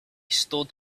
stood